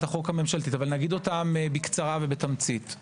החוק הממשלתית אך אומר אותם בתמצית ובקצרה.